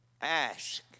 ask